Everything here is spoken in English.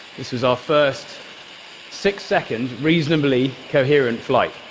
this was our first six-second, reasonably coherent flight.